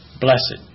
Blessed